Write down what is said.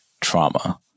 trauma